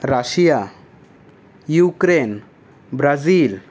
Russia Ukraine Brazil